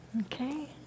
Okay